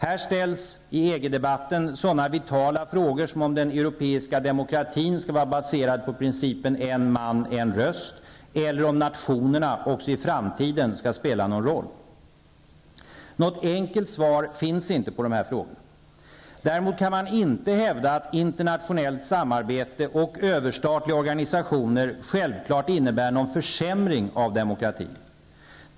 Här ställs i EG-debatten sådana vitala frågor som om den europeiska demokratin skall vara baserad på principen en man -- en röst eller om nationerna också i framtiden skall spela någon roll. Något enkelt svar finns inte på dessa frågor. Däremot kan man inte hävda att internationellt samarbete och överstatliga organisationer självklart innebär någon försämring av demokratin.